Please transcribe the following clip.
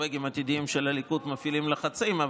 נורבגים עתידיים של הליכוד מפעילים לחצים,